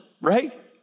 right